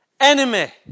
Enemy